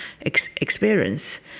experience